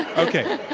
ah okay.